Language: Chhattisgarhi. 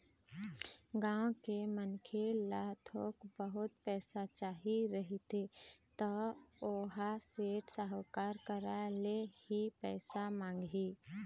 गाँव के मनखे ल थोक बहुत पइसा चाही रहिथे त ओहा सेठ, साहूकार करा ले ही पइसा मांगही